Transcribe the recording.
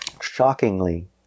Shockingly